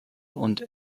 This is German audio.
und